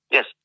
Yes